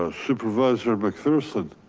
ah supervisor macpherson